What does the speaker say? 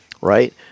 right